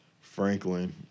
Franklin